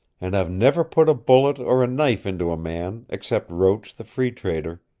and i've never put a bullet or a knife into a man except roach the free trader.